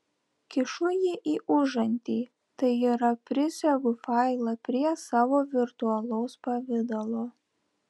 kišu jį į užantį tai yra prisegu failą prie savo virtualaus pavidalo